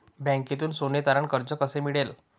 बँकेतून सोने तारण कर्ज कसे मिळेल?